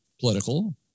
political